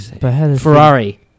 Ferrari